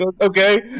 Okay